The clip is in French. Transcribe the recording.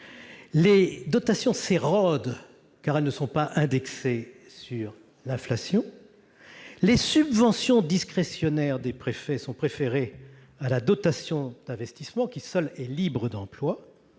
Les dotations s'érodent, car elles ne sont pas indexées sur l'inflation. Les subventions discrétionnaires des préfets sont préférées à la dotation d'investissement, qui seule est libre d'emploi.